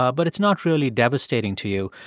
ah but it's not really devastating to you.